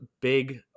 big